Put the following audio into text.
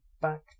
back